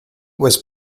was